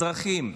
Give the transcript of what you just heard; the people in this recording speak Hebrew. אזרחים,